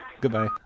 goodbye